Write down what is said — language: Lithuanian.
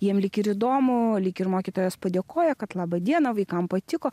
jiem lyg ir įdomu lyg ir mokytojas padėkoja kad laba diena vaikam patiko